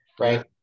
right